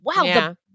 Wow